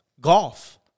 golf